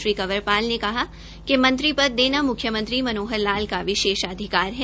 श्री कंवरपाल ने कहा कि मंत्री पद देना म्ख्यमंत्री मनोहर लाल का विशेषाधिकार है